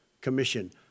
commission